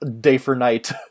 day-for-night